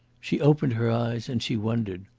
she opened her eyes, and she wondered.